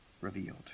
revealed